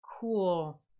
cool